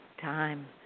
time